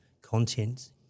content